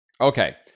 Okay